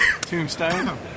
Tombstone